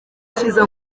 cyiza